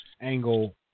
Angle